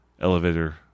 elevator